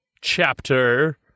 chapter